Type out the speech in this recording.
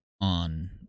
on